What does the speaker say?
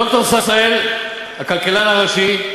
ד"ר שראל, הכלכלן הראשי,